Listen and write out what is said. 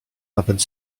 nawet